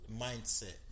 mindset